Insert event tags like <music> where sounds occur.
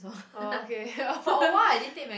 orh okay <laughs>